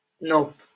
nope